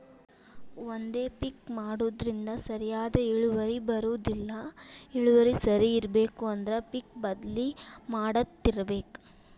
ಒಂದೇ ಪಿಕ್ ಮಾಡುದ್ರಿಂದ ಸರಿಯಾದ ಇಳುವರಿ ಬರುದಿಲ್ಲಾ ಇಳುವರಿ ಸರಿ ಇರ್ಬೇಕು ಅಂದ್ರ ಪಿಕ್ ಬದ್ಲಿ ಮಾಡತ್ತಿರ್ಬೇಕ